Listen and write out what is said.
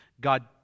God